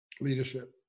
leadership